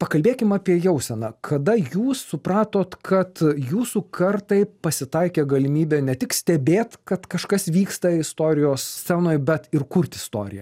pakalbėkim apie jauseną kada jūs supratot kad jūsų kartai pasitaikė galimybė ne tik stebėt kad kažkas vyksta istorijos scenoj bet ir kurt istoriją